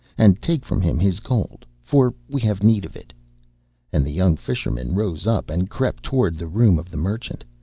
and take from him his gold, for we have need of it and the young fisherman rose up and crept towards the room of the merchant,